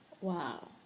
Wow